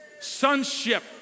Sonship